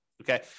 okay